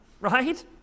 right